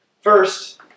First